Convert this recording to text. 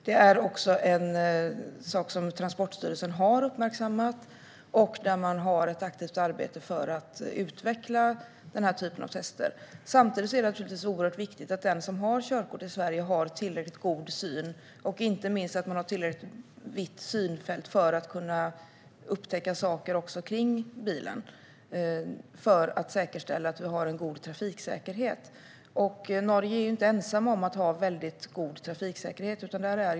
Det är också något som Transportstyrelsen har uppmärksammat, och man har ett aktivt arbete för att utveckla denna typ av tester. Samtidigt är det givetvis viktigt att den som har körkort i Sverige har tillräckligt god syn och inte minst tillräckligt brett synfält för att kunna upptäcka saker omkring bilen - detta för att säkerställa att vi har en god trafiksäkerhet. Norge är inte ensamt om att ha god trafiksäkerhet.